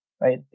right